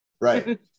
Right